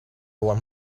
want